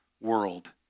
world